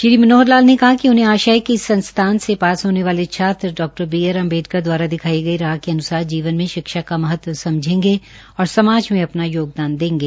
श्री मनोहर लाल ने कहा कि उन्हें आशा है कि इस संस्थान से पास होने वाले छात्र डॉ बी आर अंबेडकर दवारा दिखाई गई राह के अन्सार जीवन में शिक्षा का महत्व समझेंगे और समाज में अपना योगदान देंगे